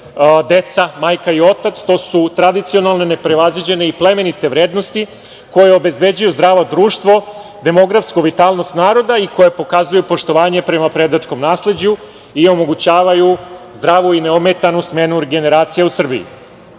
deca, majka i otac, to su tradicionalne, neprevaziđene i plemenite vrednosti koje obezbeđuju zdravo društvo, demografsku vitalnost naroda i koja pokazuje poštovanje prema predačkom nasleđu i omogućavaju zdravu i neometanu smenu generacija u Srbiji. Sledeća